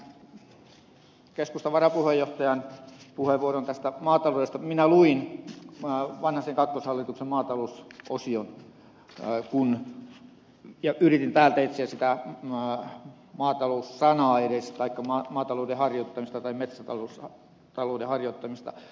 mitä tulee keskustan varapuheenjohtajan puheenvuoroon tästä maataloudesta minä luin vanhasen kakkoshallituksen maatalousosion ja yritin täältä etsiä sitä maatalous sanaa edes taikka maatalouden harjoittamista tai metsätalouden harjoittamista